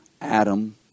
Adam